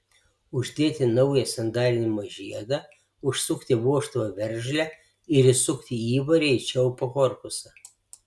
uždėti naują sandarinimo žiedą užsukti vožtuvo veržlę ir įsukti įvorę į čiaupo korpusą